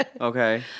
okay